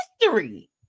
History